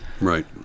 Right